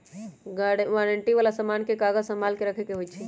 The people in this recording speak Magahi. वारंटी वाला समान के कागज संभाल के रखे ला होई छई